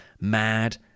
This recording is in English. mad